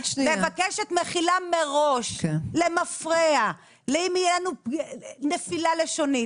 מבקשת מחילה מראש למפרע אם תהיה לנו נפילה לשונית.